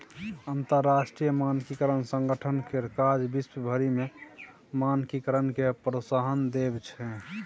अंतरराष्ट्रीय मानकीकरण संगठन केर काज विश्व भरि मे मानकीकरणकेँ प्रोत्साहन देब छै